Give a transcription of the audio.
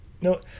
no